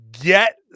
get